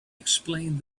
explained